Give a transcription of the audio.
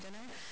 dinner